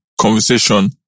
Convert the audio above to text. conversation